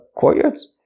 courtyards